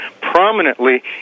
prominently